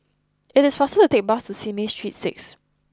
it is faster to take the bus to Simei Street six